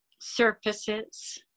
surfaces